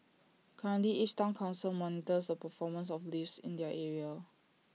currently each Town Council monitors the performance of lifts in their area